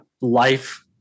life